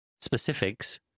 specifics